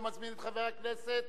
ומזמין את חבר הכנסת